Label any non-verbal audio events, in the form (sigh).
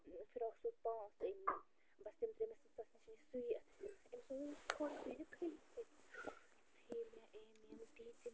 frock suit پانٛژھ ٲنۍ مےٚ بس تِم ترٛٲے مےٚ سٕژس نِش وۄنۍ سُیِتھ أمِس ووٚن مےٚ تھوڑا ترٛٲوزِ کھٔلی کھٔلی (unintelligible) یُتھُے مےٚ أمۍ یِم دِتۍ